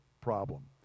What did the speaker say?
problem